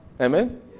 Amen